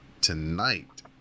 Tonight